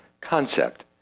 concept